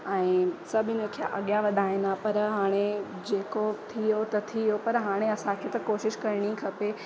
ऐं सभिनी खे अॻियां वधाइनि हा पर हाणे जेको थी वियो त थी वियो पर हाणे असांखे त कोशिशि करिणी खपे